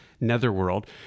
netherworld